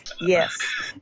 yes